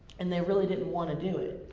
and they really didn't want to do it.